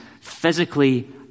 physically